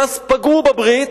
ואז פגעו בברית,